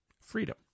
Freedom